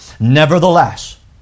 Nevertheless